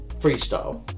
freestyle